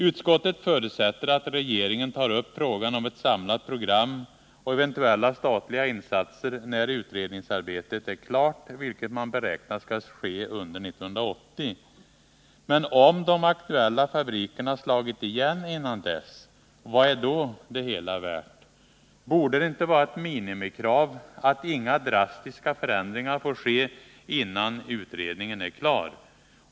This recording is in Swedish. Utskottet förutsätter att regeringen tar upp frågan om ett samlat program och eventuella statliga insatser när utredningsarbetet är klart, vilket man beräknar skall inträffa under 1980. Men om de aktuella fabrikerna har slagit igen innan dess, vad är då det hela värt? Borde det inte vara ett minimikrav att inga drastiska förändringar får ske innan utredningen är klar?